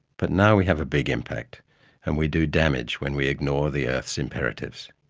but now we have a big impact and we do damage when we ignore the earth's imperatives.